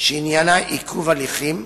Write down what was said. שעניינה עיכוב הליכים,